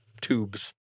tubes